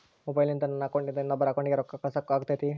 ಮೊಬೈಲಿಂದ ನನ್ನ ಅಕೌಂಟಿಂದ ಇನ್ನೊಬ್ಬರ ಅಕೌಂಟಿಗೆ ರೊಕ್ಕ ಕಳಸಾಕ ಆಗ್ತೈತ್ರಿ?